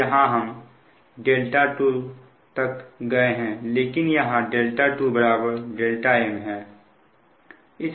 तो यहां हम 2 तक गए हैं लेकिन यहां 2 m है